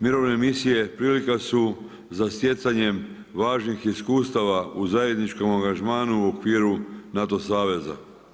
Mirovne misije prilika su za stjecanjem važnih iskustava u zajedničkom angažmanu u okviru NATO saveza.